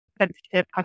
sensitive